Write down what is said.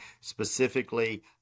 specifically